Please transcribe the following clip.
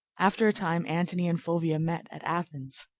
after a time antony and fulvia met at athens.